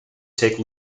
take